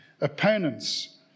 opponents